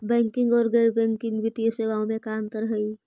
Banking और गैर banking वित्तीय सेवाओं में का अंतर हइ?